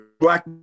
black